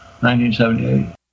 1978